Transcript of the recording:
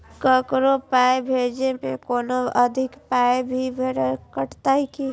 ककरो पाय भेजै मे कोनो अधिक पाय भी कटतै की?